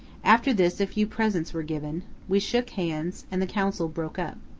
after this a few presents were given, we shook hands, and the council broke up.